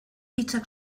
hitzak